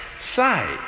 say